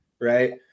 right